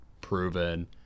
proven